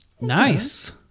Nice